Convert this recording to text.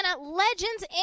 Legends